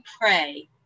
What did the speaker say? pray